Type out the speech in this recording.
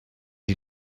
die